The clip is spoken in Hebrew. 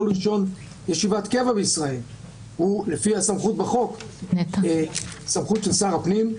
כל רישיון ישיבת קבע בישראל הוא לפי הסמכות בחוק סמכות של שר הפנים.